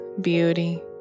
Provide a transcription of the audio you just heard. beauty